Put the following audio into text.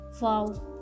wow